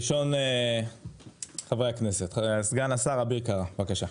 ראשון חברי הכנסת, סגן השר אביר קארה, בבקשה.